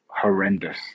horrendous